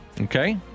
Okay